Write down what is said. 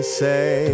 say